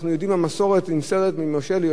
המסורת נמסרת ממשה ליהושע,